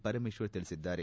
ಪರಮೇಶ್ವರ್ ತಿಳಿಸಿದ್ದಾರೆ